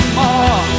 more